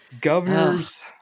governors